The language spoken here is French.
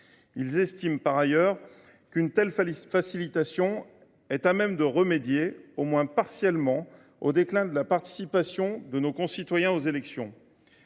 Ils estiment, par ailleurs, qu’une telle facilitation est à même de remédier, au moins partiellement, au déclin de la participation de nos concitoyens aux élections.